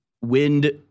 wind